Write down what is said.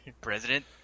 President